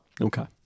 Okay